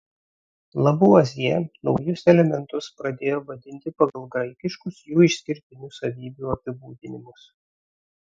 lavuazjė naujus elementus pradėjo vadinti pagal graikiškus jų išskirtinių savybių apibūdinimus